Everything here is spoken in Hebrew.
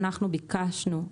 אנחנו ביקשנו,